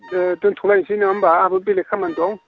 दोन्थ'लायनोसै नङा होमब्ला आंहाबो बेलेक खामानि दं